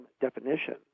definition